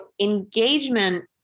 engagement